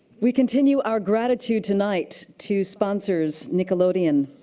we continue our gratitude tonight to sponsors nickelodeon,